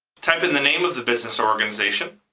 type in the name of the business or organization.